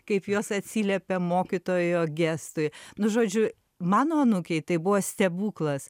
kaip jos atsiliepia mokytojo gestui nu žodžiu mano anūkei tai buvo stebuklas